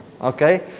Okay